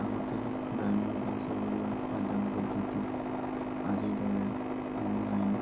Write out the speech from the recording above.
আগতে গ্ৰাম্য বা চহৰীয়া পাঠদান পদ্ধতিত আজিৰ দৰে অনলাইন